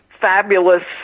fabulous